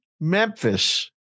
Memphis